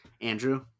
Andrew